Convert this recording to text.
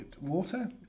water